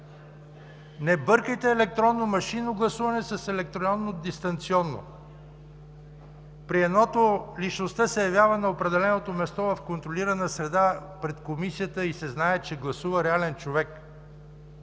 Не бъркайте електронно машинно гласуване с електронно дистанционно. При едното личността се явява на определеното място в контролирана среда пред Комисията и се знае, че гласува реален човек.